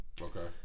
Okay